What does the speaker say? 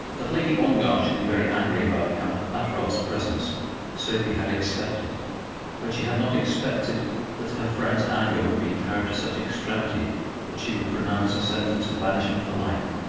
that lady ongar should be very angry about count pateroff's presence sophie had expected but she had not expected that her friend's anger would be carried to such extremity that she would pronounce a sentence of banishment for life.